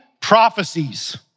prophecies